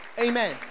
Amen